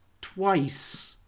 twice